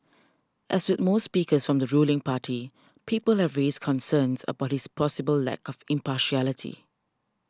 as with most speakers from the ruling party people have raised concerns about his possible lack of impartiality